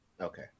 Okay